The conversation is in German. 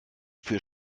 für